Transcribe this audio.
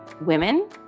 women